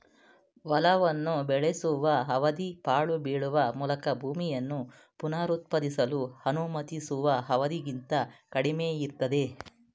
ಹೊಲವನ್ನು ಬೆಳೆಸುವ ಅವಧಿ ಪಾಳು ಬೀಳುವ ಮೂಲಕ ಭೂಮಿಯನ್ನು ಪುನರುತ್ಪಾದಿಸಲು ಅನುಮತಿಸುವ ಅವಧಿಗಿಂತ ಕಡಿಮೆಯಿರ್ತದೆ